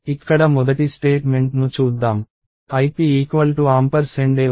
ఇక్కడ మొదటి స్టేట్మెంట్ను చూద్దాం ip a ఉంది